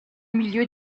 milieu